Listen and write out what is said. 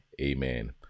amen